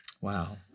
Wow